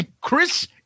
Chris